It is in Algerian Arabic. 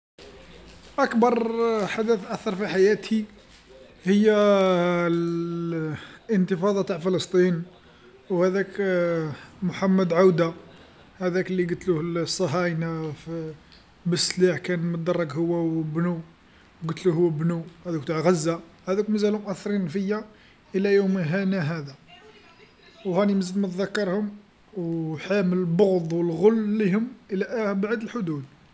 أكبرر حدث أثر في حياتي هي ال- الإنتفاضه تاع فلسطين وهذاك محمد عوده، هذاك لي قتلوه ال- الصهاينه ف بالسلاح كان مدرق هو وابنو، قتلوه هو وابنو، هاذوك تاع غزه، هاذوك مزالو مأثرين فيا إلى يومنا هذا، وهاني مزلت مذكرهم وحامل البغض والغل ليهم إلى أ- أبعد الحدود.